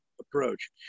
approach